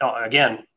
again